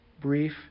brief